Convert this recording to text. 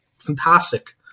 Fantastic